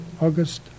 August